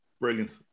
Brilliant